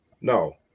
No